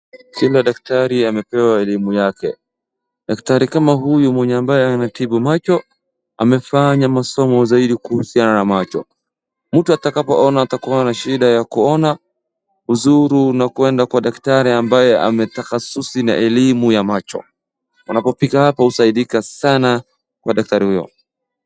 Shinda daktari amepewa elimu yake. Daktari kama uyu mwenye ambaye anatibu macho amefanya masomo zaidi kuhusiana na macho. Mtu atakaona atakuwa na shinda ya kuona uzuru na kuenda kwa daktari ambaye ametaushushi na elimu ya macho. Unapofika hapa, usaindika sana kwa daktari uyo.